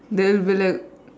they'll be like